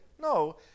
No